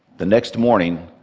the next morning,